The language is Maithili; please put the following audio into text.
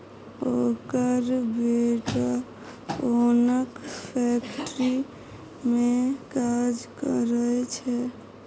ओकर बेटा ओनक फैक्ट्री मे काज करय छै